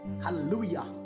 Hallelujah